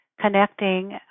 connecting